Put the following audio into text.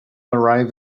arrive